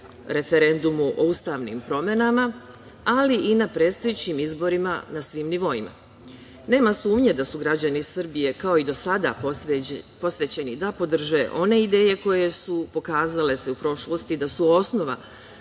referendumu o ustavim promenama, ali i na predstojećim izborima na svim nivoima. Nema sumnje da su građani Srbije kao i do sada posvećeni da podrže one ideje koje su pokazale u prošlosti da su osnova